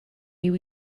new